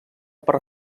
per